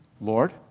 Lord